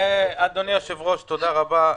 אדוני היושב-ראש, תודה רבה.